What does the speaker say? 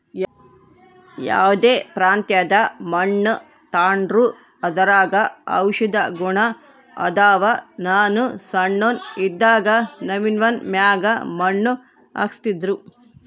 ಯಾವ್ದೇ ಪ್ರಾಂತ್ಯದ ಮಣ್ಣು ತಾಂಡ್ರೂ ಅದರಾಗ ಔಷದ ಗುಣ ಅದಾವ, ನಾನು ಸಣ್ಣೋನ್ ಇದ್ದಾಗ ನವ್ವಿನ ಮ್ಯಾಗ ಮಣ್ಣು ಹಾಕ್ತಿದ್ರು